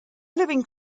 living